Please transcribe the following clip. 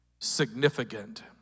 significant